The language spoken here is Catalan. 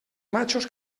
matxos